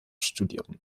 studieren